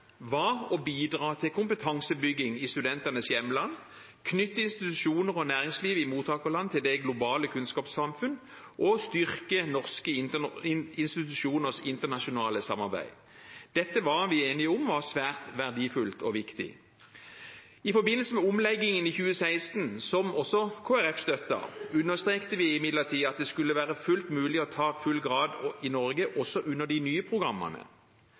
var å bidra til kompetansebygging i studentenes hjemland, knytte institusjoner og næringsliv i mottakerland til det globale kunnskapssamfunn og styrke norske institusjoners internasjonale samarbeid. Dette var vi enige om var svært verdifullt og viktig. I forbindelse med omleggingen i 2016, som også Kristelig Folkeparti støttet, understrekte vi imidlertid at det skulle være fullt mulig å ta full grad i Norge også under de nye programmene.